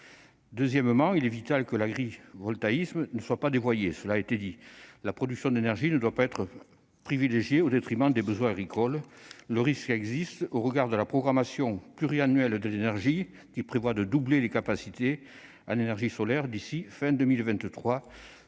dit -, il est vital que l'agrivoltaïsme ne soit pas dévoyé. La production d'énergie ne doit pas être privilégiée au détriment des besoins agricoles. Le risque est réel, au regard de la programmation pluriannuelle de l'énergie, qui prévoit de doubler les capacités de production d'énergie solaire d'ici à la